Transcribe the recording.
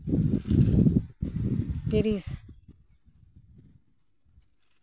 Paris